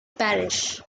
parish